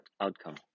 outcome